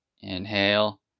inhale